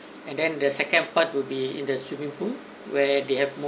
and then the second part will be in the swimming pool where they have mo~